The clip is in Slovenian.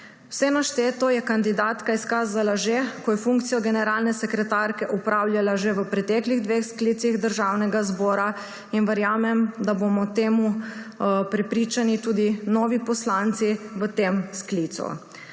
Vse našteto je kandidatka izkazala že, ko je funkcijo generalne sekretarke opravljala že v preteklih dveh sklicih Državnega zbora, in verjamem, da bomo o tem prepričani tudi novi poslanci v tem sklicu.